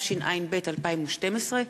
התשע"ב 2012,